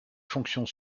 fonctions